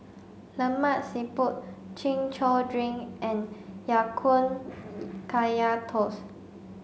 Lemak Siput chin chow drink and Ya Kun Kaya Toast